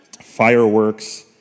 fireworks